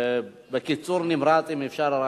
בבקשה, אדוני, בקיצור נמרץ, אם אפשר.